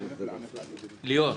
ליאור,